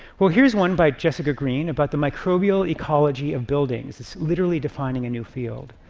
well here's one by jessica green about the microbial ecology of buildings. it's literally defining a new field.